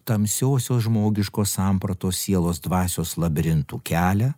tamsiosios žmogiškos sampratos sielos dvasios labirintų kelią